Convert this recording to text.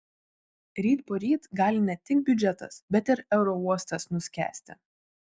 ryt poryt gali ne tik biudžetas bet ir aerouostas nuskęsti